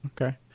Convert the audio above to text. okay